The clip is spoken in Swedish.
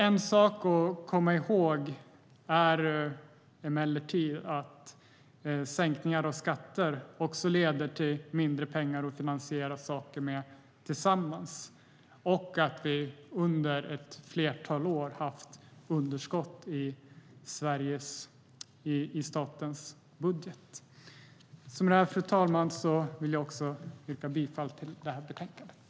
En sak att komma ihåg är emellertid att sänkningar av skatter leder till att vi får mindre pengar för att gemensamt finansiera saker och att vi under ett flertal år har haft underskott i statens budget. Fru talman! Med detta vill jag yrka bifall till utskottets förslag i betänkandet.